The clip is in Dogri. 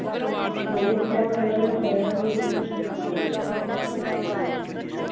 हैनी ब्याह् गल्ला गै सिआया फ्ही ते